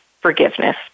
forgiveness